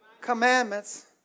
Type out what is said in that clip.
commandments